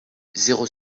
zéro